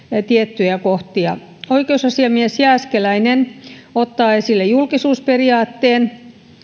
tiettyjä kohtia oikeusasiamies jääskeläinen ottaa esille julkisuusperiaatteen